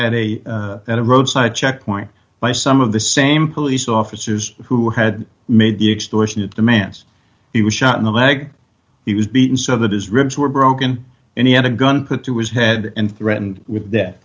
and a roadside checkpoint by some of the same police officers who had made the extortionate demands he was shot in the mag he was beaten so that his ribs were broken and he had a gun put to his head and threatened with death